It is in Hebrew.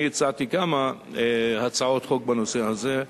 אני הצעתי כמה הצעות חוק בנושא הזה.